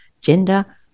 gender